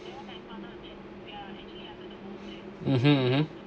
(uh huh)